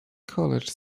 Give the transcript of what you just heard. college